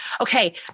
Okay